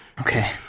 okay